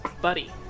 Buddy